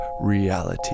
reality